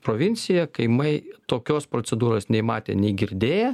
provincija kaimai tokios procedūros nei matę nei girdėję